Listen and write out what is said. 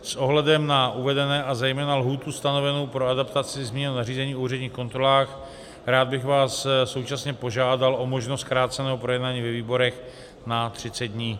S ohledem na uvedené a zejména lhůtu stanovenou pro adaptaci změn nařízení o úředních kontrolách bych vás rád současně požádal o možnost zkráceného projednání ve výborech na 30 dní.